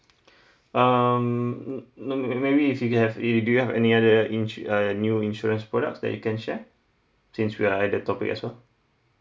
um mm no may maybe if you can have if do you have any other insure uh new insurance products that you can share since we are at the topic as well